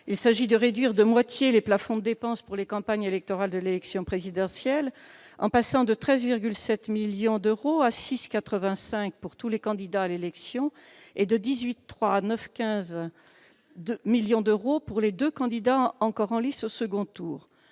Il s'agit de réduire de moitié les plafonds de dépenses pour les campagnes électorales en vue de l'élection présidentielle, en passant de 13,7 millions à 6,85 millions d'euros pour tous les candidats à l'élection, et de 18,3 millions à 9,15 millions d'euros pour les deux candidats encore en lice au second tour.